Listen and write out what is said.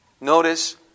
Notice